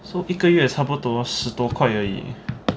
so 一个月差不多十多块而已